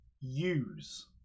use